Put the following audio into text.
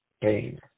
pain